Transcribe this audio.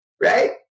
right